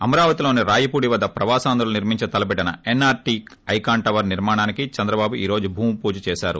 అమరావతిలోని రాయపూడి వద్ద ప్రవాసాంధ్రులకు నిర్మించ తలపెట్టిన ఎన్ఆర్టీ ఐకాన్ టవర్ నిర్మాణానికి చంద్రబాబు ఈ రోజు భూమిపూజ చేశారు